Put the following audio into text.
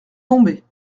tomber